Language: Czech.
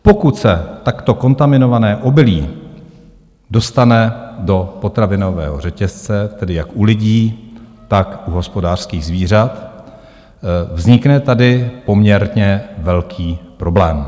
Pokud se takto kontaminované obilí dostane do potravinového řetězce, tedy jak u lidí, tak u hospodářských zvířat, vznikne tady poměrně velký problém.